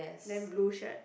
then blue shirt